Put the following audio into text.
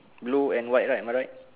blue and white right am I right